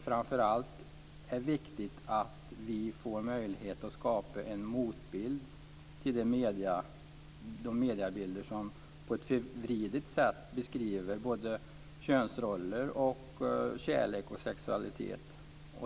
Framför allt är det viktigt att få möjlighet att skapa en motbild till de mediebilder som på ett förvridet sätt beskriver könsroller, kärlek och sexualitet.